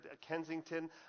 Kensington